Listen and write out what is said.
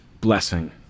blessing